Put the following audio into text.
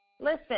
Listen